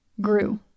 grew